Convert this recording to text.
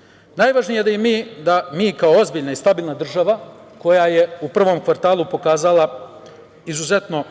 boljitak. Najvažnije da mi kao ozbiljna i stabilna država, koja je u prvom kvartalu pokazala izuzetno